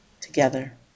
together